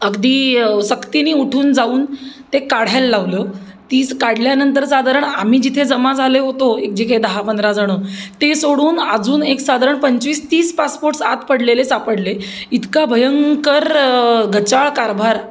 अगदी सक्तीने उठून जाऊन ते काढायला लावलं तीस काढल्यानंतर साधारण आम्ही जिथे जमा झाले होतो एक जे काही दहा पंधरा जणं ते सोडून अजून एक साधारण पंचवीस तीस पासपोर्टस् आत पडलेले सापडले इतका भयंकर गचाळ कारभार